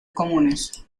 comunes